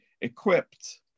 equipped